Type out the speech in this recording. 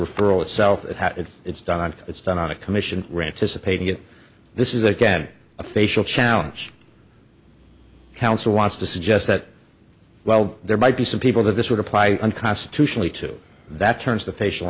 referral itself it has it's done it's done on a commission rantis of painting it this is again a facial challenge counsel wants to suggest that well there might be some people that this would apply unconstitutionally to that turns the facial